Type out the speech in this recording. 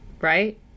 Right